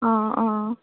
অ অ